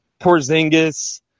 Porzingis